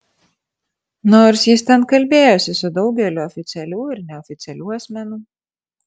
nors jis ten kalbėjosi su daugeliu oficialių ir neoficialių asmenų